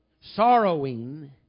sorrowing